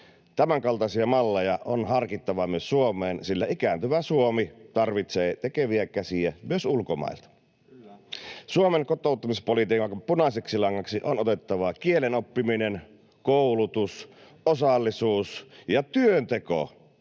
Tämänkaltaisia malleja on harkittava myös Suomeen, sillä ikääntyvä Suomi tarvitsee tekeviä käsiä myös ulkomailta. Suomen kotoutumispolitiikan punaiseksi langaksi on otettava kielen oppiminen, koulutus, osallisuus ja työnteko,